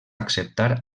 acceptar